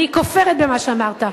אני כופרת במה שאמרת.